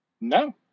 No